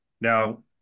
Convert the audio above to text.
now